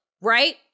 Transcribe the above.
right